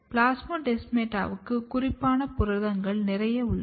பிளாஸ்மோடெஸ்மாடாவுக்கு குறிப்பான புரதங்கள் நிறைய உள்ளன